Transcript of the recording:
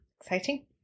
Exciting